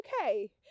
okay